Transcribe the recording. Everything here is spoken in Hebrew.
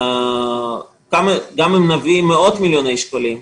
גם אם נביא מאות מיליוני שקלים,